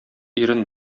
ирен